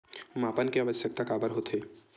मापन के आवश्कता काबर होथे?